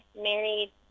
married